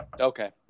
Okay